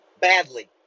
badly